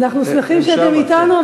אנחנו שמחים שאתם אתנו,